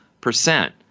percent